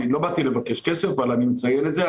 אני לא באתי לבקש כסף אלא אני מציין את זה.